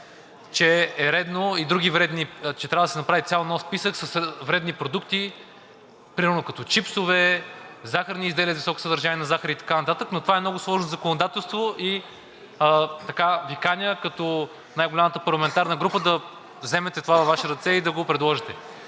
– да, прав сте, че трябва да се направи цял нов списък с вредни продукти, примерно като чипсове, захарни изделия с високо съдържание на захар и така нататък, но това е много сложно законодателство. Каня Ви като най-голямата парламентарна група да вземете това във Ваши ръце и да го предложите.